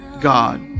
God